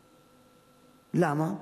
למה?